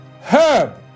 herb